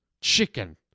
chicken